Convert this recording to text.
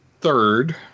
third